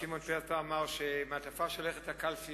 שמעון פרס אמר פעם שמעטפה שהולכת לקלפי